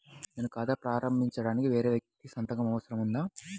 నేను ఖాతా ప్రారంభించటానికి వేరే వ్యక్తి సంతకం అవసరం ఉందా?